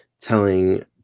telling